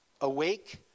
Awake